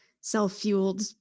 self-fueled